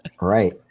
Right